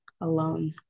alone